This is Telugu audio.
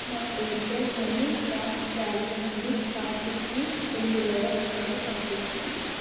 నా ఎయిర్టెల్ మనీ యాప్ వ్యాలెట్ నుండి కార్తిక్కి తొమ్మిది వేల రూపాయలు పంపించు